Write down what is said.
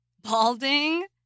balding